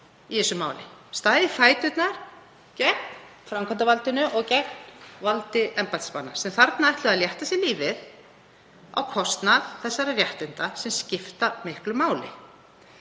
í þessu máli, staðið í fæturna gegn framkvæmdarvaldinu og gegn valdi embættismanna sem þarna ætluðu að létta sér lífið á kostnað réttinda sem skipta miklu máli.